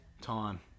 time